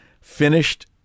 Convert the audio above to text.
finished